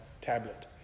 tablet